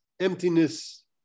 emptiness